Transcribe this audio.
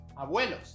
Abuelos